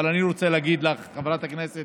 אבל אני רוצה להגיד לך, חברת הכנסת